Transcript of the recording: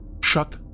Shut